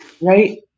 Right